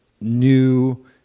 new